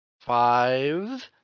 five